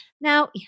Now